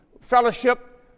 fellowship